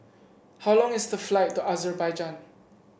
how long is the flight to Azerbaijan